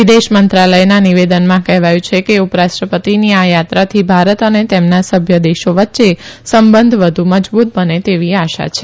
વિદેશ મંત્રાલયના નિવેદનમાં કહેવાયુ છે કે ઉપરાષ્ટ્રપતિની આ યાત્રાથી ભારત અને તેમના સભ્ય દેશો વચ્ચે સંબંધ વધુ મજબુત બને તેવી આશા છે